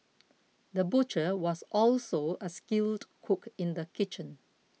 the butcher was also a skilled cook in the kitchen